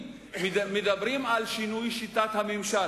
מדברים על שינוי שיטת הממשל.